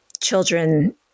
Children